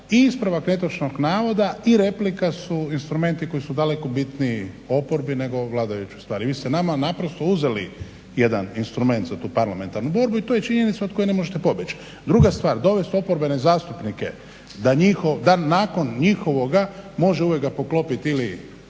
ispravak netočnog navoda i replika su instrumenti koji su daleko bitniji oporbi nego vladajućoj … vi ste nama naprosto uzeli jedan instrument za tu parlamentarnu borbu i to je činjenica od koje ne možete pobjeći. Druga stvar, dovesti oporbene zastupnike da nakon njihovoga može uvijek ga poklopiti ili